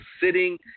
sitting